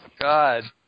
God